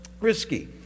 risky